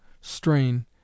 strain